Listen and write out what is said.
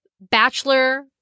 bachelor